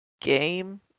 game